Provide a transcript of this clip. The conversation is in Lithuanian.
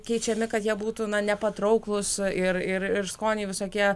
keičiami kad jie būtų nepatrauklūs ir ir skoniai visokie